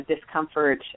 discomfort